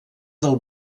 del